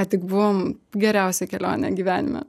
ką tik buvom geriausioj kelionėj gyvenime